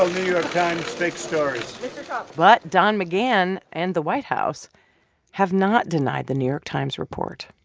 um new york times fake stories but don mcgahn and the white house have not denied the new york times report.